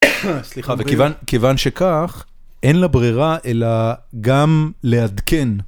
סליחה, וכיוון כיוון שכך, אין לה ברירה אלא גם לעדכן.